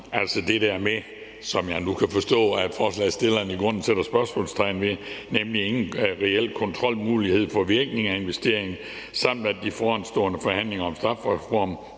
altså det der, som jeg nu kan forstå at forslagsstilleren i grunden sætter spørgsmålstegn ved, nemlig at der ingen reel kontrolmulighed er i forhold til virkningen af investeringen, samt de forestående forhandlinger om en strafreform